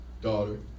daughter